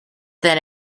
than